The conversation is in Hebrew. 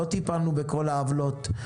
לא טיפלנו בכל העוולות.